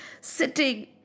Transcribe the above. sitting